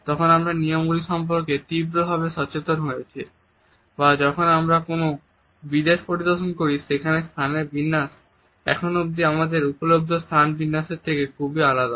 তখন আমরা এই নিয়মগুলি সম্পর্কে তীব্রভাবে সচেতন হয়ে উঠি বা যখন আমরা কোনও বিদেশ পরিদর্শন করি যেখানে স্থানের বিন্যাস এখন অব্দি আমাদের উপলব্ধ স্থান বিন্যাস এর থেকে খুবই আলাদা